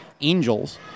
Angels